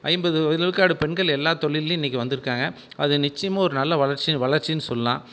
ஐம்பது விழுக்காடு பெண்கள் எல்லா தொழில்யும் இன்றைக்கு வந்திருக்காங்க அது நிச்சயமாக ஒரு நல்ல வளர்ச்சி வளர்ச்சினு சொல்லலாம்